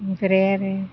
ओमफ्राय आरो